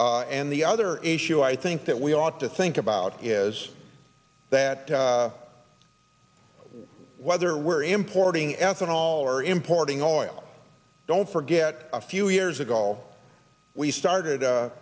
and the other issue i think that we ought to think about is that whether we're importing ethanol or importing oil don't forget a few years ago we started a